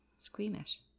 Squeamish